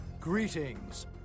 Greetings